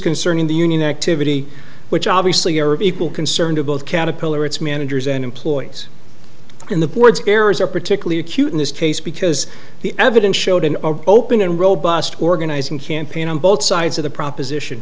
concerning the union activity which obviously are people concerned about caterpillar its managers and employees in the board's errors are particularly acute in this case because the evidence showed an open and robust organizing campaign on both sides of the proposition